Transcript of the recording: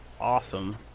awesome